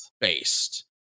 based